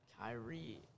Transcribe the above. Kyrie